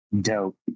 Dope